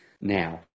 now